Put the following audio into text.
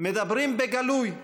מדברים בגלוי,